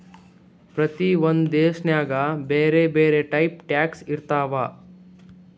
ಪ್ರತಿ ಒಂದ್ ದೇಶನಾಗ್ ಬ್ಯಾರೆ ಬ್ಯಾರೆ ಟೈಪ್ ಟ್ಯಾಕ್ಸ್ ಇರ್ತಾವ್